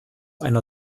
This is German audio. einer